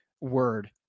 word